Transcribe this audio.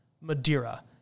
Madeira